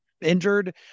injured